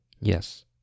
Yes